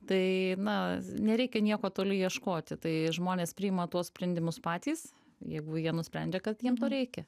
tai na nereikia nieko toli ieškoti tai žmonės priima tuos sprendimus patys jeigu jie nusprendžia kad jiem to reikia